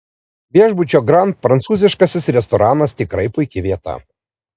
viešbučio grand prancūziškasis restoranas tikrai puiki vieta